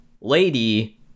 lady